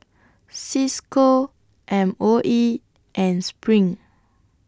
CISCO M O E and SPRING